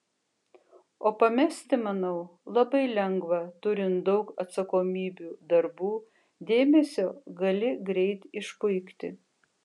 o pamesti manau labai lengva turint daug atsakomybių darbų dėmesio gali greit išpuikti